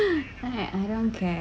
I don't care